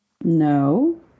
no